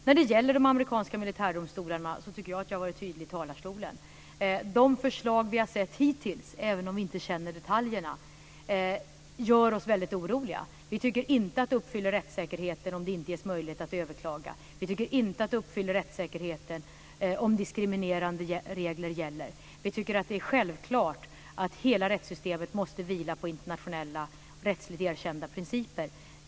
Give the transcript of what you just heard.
När det gäller de amerikanska militärdomstolarna tycker jag att jag har varit tydlig i talarstolen. De förslag vi har sett hittills, även om vi inte känner detaljerna, gör oss väldigt oroliga. Vi tycker inte att rättssäkerheten är tillgodosedd om det inte ges möjlighet att överklaga. Vi tycker inte att rättssäkerheten tillgodoses om diskriminerande regler gäller. Vi tycker att det är självklart att hela rättssystemet måste vila på internationella rättsligt erkända principer.